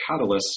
catalysts